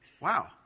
wow